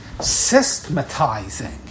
systematizing